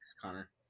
Connor